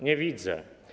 Nie widzę.